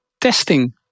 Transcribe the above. testing